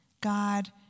God